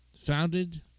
founded